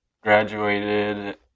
graduated